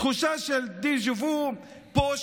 תחושה של דז'ה-וו פה.